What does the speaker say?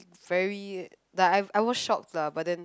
very like like I was shocked lah but then